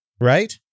right